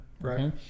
right